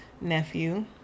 nephew